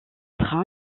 train